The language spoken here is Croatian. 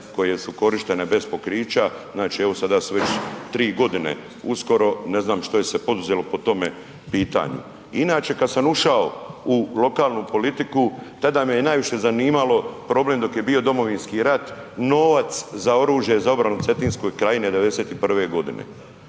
koje su korištene bez pokrića znači evo sada su već tri godine uskoro, ne znam što je se poduzelo po tome pitanju. Inače kada sam ušao u lokalnu politiku tada me je najviše zanimalo problem dok je bio Domovinski rat novac za oružje za obranu Cetinske krajine '91. godine.